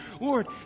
Lord